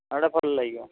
ହଁ ସେଇଟା ଭଲ ଲାଗିବ